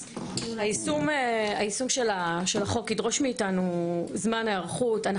היישום של החוק ידרוש מאיתנו זמן היערכות.